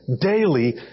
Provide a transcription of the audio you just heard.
daily